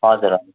हजुर हजुर